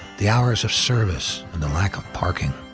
the hours of service and the lack of parking.